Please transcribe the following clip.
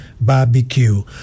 barbecue